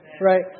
right